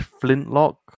flintlock